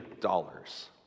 dollars